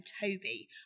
Toby